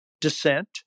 dissent